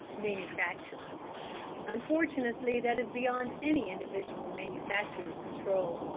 manufacturer unfortunately that is beyond any individual manufacturer's control.